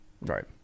Right